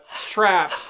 trap